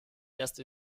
erst